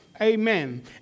Amen